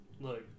look